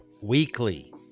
Weekly